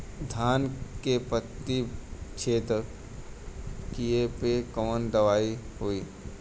धान के पत्ती छेदक कियेपे कवन दवाई होई?